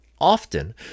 often